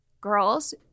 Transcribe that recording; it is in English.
girls